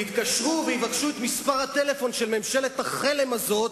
יתקשרו ויבקשו את מספר הטלפון של ממשלת חלם הזאת,